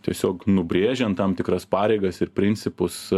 tiesiog nubrėžiant tam tikras pareigas ir principus